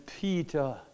Peter